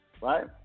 right